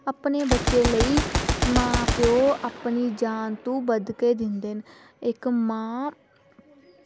अपने बच्चे लेई मां प्योऽ अपनी जान तू बध के दिंदे न इक्क मां